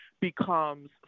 becomes